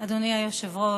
אדוני היושב-ראש,